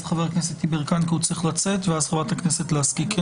אחר כך חבר הכנסת יברקן כי הוא צריך לצאת ואחריו חברת הכנסת לסקי.